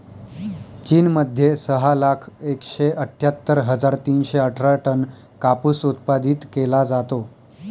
चीन मध्ये सहा लाख एकशे अठ्ठ्यातर हजार तीनशे अठरा टन कापूस उत्पादित केला जातो